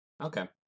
Okay